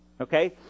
Okay